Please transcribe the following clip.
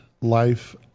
Life